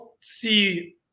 see